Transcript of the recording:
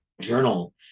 journal